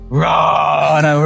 run